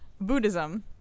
Buddhism